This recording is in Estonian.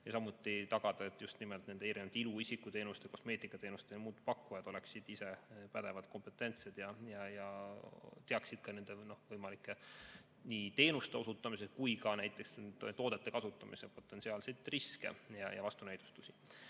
samuti tagada, et just nimelt nende ilu‑ ja isikuteenuste, kosmeetikateenuste pakkujad oleksid ise pädevad ja kompetentsed ning teaksid nii nende teenuste osutamise kui ka näiteks toodete kasutamise potentsiaalseid riske ja vastunäidustusi.